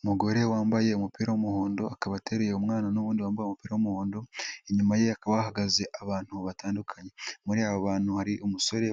Umugore wambaye umupira w'umuhondo, akaba ateruye umwana n'undi wambaye umupira w'umuhondo, inyuma yeba ahahagaze abantu batandukanye. Muri abo bantu hari umusore